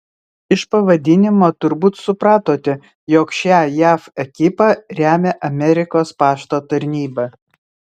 iš pavadinimo turbūt supratote jog šią jav ekipą remia amerikos pašto tarnyba